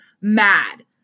mad